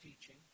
teaching